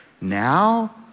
now